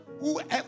whoever